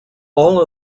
all